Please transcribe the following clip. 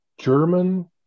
German